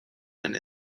and